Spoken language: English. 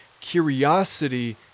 curiosity